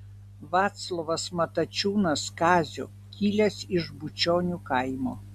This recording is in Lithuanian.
vaclovas matačiūnas kazio kilęs iš bučionių kaimo